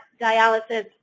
dialysis